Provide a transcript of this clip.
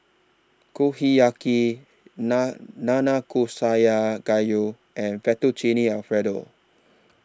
Kushiyaki Nanakusa Gayu and Fettuccine Alfredo